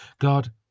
god